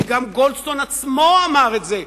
כי גם גולדסטון עצמו אמר את זה: